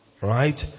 Right